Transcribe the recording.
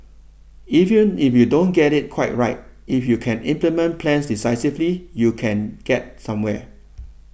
even if you don't get it quite right if you can implement plans decisively you can get somewhere